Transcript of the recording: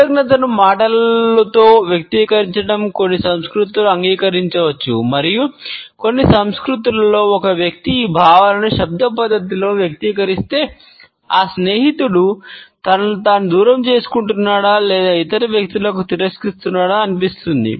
కృతజ్ఞతను మాటలతో వ్యక్తీకరించడం కొన్ని సంస్కృతులలో అంగీకరించవచ్చు మరియు కొన్ని సంస్కృతులలో ఒక వ్యక్తి ఈ భావాలను శబ్ద పద్ధతిలో వ్యక్తీకరిస్తే ఆ స్నేహితుడు తనను తాను దూరం చేసుకుంటున్నాడా లేదా ఇతర వ్యక్తులను తిరస్కరిస్తున్నాడో అనిపిస్తుంది